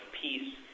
peace